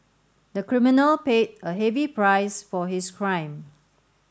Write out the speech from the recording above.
the criminal paid a heavy price for his crime